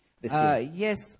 yes